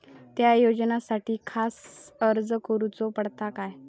त्या योजनासाठी खास अर्ज करूचो पडता काय?